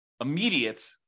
immediate